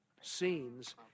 scenes